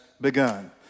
begun